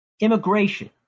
immigration